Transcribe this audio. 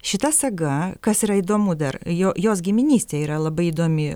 šita saga kas yra įdomu dar jo jos giminystė yra labai įdomi